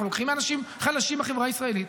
אנחנו לוקחים מאנשים חלשים בחברה הישראלית.